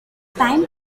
time